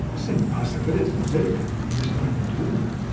it's impossibility, politically, you just can't do that.